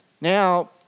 Now